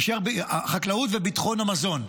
יישארו החקלאות וביטחון המזון.